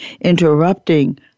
Interrupting